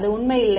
அது உண்மை இல்லை